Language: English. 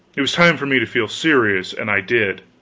it was time for me to feel serious, and i did.